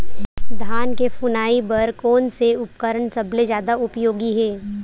धान के फुनाई बर कोन से उपकरण सबले जादा उपयोगी हे?